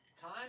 time